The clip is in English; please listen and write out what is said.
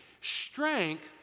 Strength